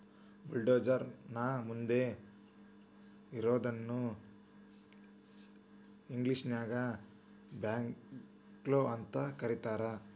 bulldozer ನ ಮುಂದ್ ಇರೋದನ್ನ ಇಂಗ್ಲೇಷನ್ಯಾಗ ಬ್ಯಾಕ್ಹೊ ಅಂತ ಕರಿತಾರ್